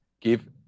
give